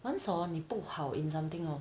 很少 hor 你不好 in something hor